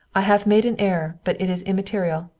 i have made an error, but it is immaterial.